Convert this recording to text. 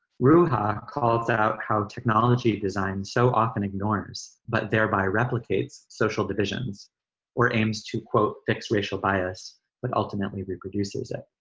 ruha calls out how technology design so often ignores but thereby replicates social divisions or aims to fix racial bias but ultimately reproduces it.